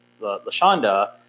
LaShonda